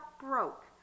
broke